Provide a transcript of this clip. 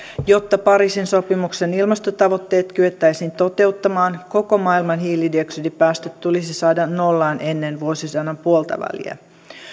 jotta pariisin sopimuksen ilmastotavoitteet kyettäisiin toteuttamaan koko maailman hiilidioksidipäästöt tulisi saada nollaan ennen vuosisadan puoltaväliä